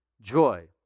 joy